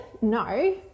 No